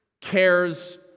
cares